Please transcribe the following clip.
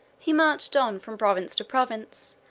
he marched on from province to province,